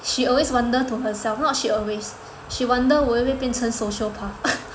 she always wonder to herself not she always she wonder 我会不会变成 sociopath